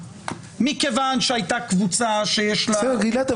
מכיוון שהייתה קבוצה שיש לה --- גלעד,